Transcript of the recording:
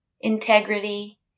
integrity